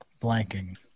blanking